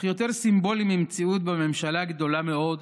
אין יותר סימבולי ממציאות שבה ממשלה גדולה מאוד,